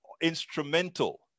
instrumental